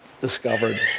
discovered